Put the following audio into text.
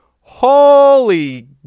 holy